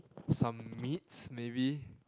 some meat maybe